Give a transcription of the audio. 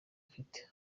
afite